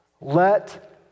Let